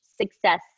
success